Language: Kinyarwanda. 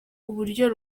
uburyo